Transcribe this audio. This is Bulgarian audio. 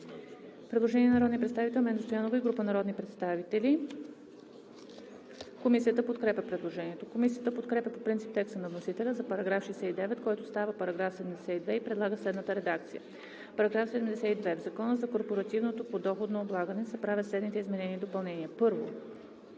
Предложение на народния представител Менда Стоянова и група народни представители. Комисията подкрепя предложението. Комисията подкрепя по принцип текста на вносителя за § 69, който става § 72 и предлага следната редакция: „§ 72. В Закона за корпоративното подоходно облагане (обн., ДВ, бр. …) се правят следните изменения и допълнения: 1.